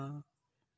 ହଁ